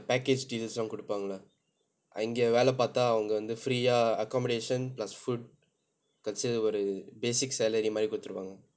package deals எல்லாம் கொடுப்பாங்க இல்லை இங்க வேலை பார்த்தல் அவங்க வந்து:ellaam koduppaanga illai inga velai paartthaal avnga vanthu free ah accommodation plus food கடைசில ஒரு:kadaisila oru basic salary மாதிரி கொடுத்துருவாங்க:maathiri kodutthuruvaanga